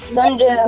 Sunday